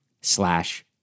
slash